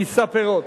יישא פירות.